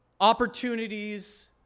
opportunities